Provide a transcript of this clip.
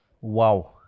Wow